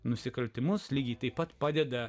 nusikaltimus lygiai taip pat padeda